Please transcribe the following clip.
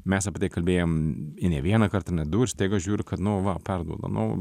mes apie tai kalbėjom ne vieną kartą ir ne du ir staiga žiūriu kad nu va perduoda nu